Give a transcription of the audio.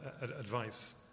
advice